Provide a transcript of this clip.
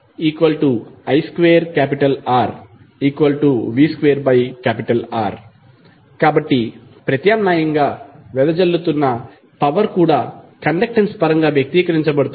pvii2Rv2R కాబట్టి ప్రత్యామ్నాయంగా వెదజల్లుతున్న పవర్ కూడా కండక్టెన్స్ పరంగా వ్యక్తీకరించబడుతుంది